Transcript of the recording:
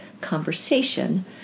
conversation